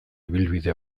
ibilbide